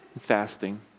fasting